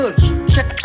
Check